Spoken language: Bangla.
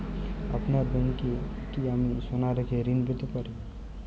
আপনার ব্যাংকে কি আমি সোনা রেখে ঋণ পেতে পারি?